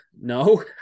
no